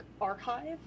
archive